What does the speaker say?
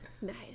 nice